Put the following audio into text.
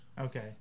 Okay